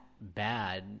bad